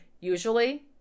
usually